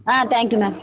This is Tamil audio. ah thank you ma'am